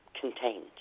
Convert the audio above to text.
contained